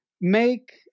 make